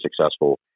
successful